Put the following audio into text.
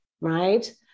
right